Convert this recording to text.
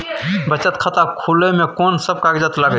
बचत खाता खुले मे कोन सब कागज लागे छै?